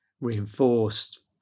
Reinforced